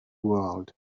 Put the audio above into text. world